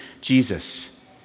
Jesus